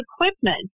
equipment